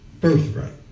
birthright